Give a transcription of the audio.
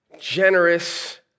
generous